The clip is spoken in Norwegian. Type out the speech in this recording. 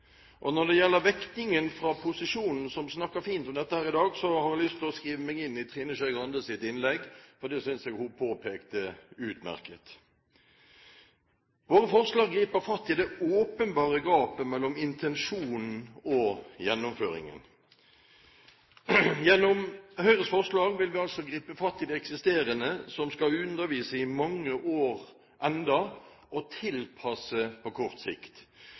Når det gjelder vektingen fra posisjonen, som snakker fint om dette her i dag, har jeg lyst til å skrive meg inn i Trine Skei Grandes innlegg, for det synes jeg hun påpekte utmerket. Våre forslag griper fatt i det åpenbare gapet mellom intensjonen og gjennomføringen. Gjennom Høyres forslag vil vi altså gripe fatt i eksisterende lærere, som skal undervise i mange år enda og tilpasse seg på kort sikt.